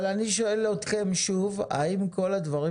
אבל אני שואל אתכם שוב האם בכל הדברים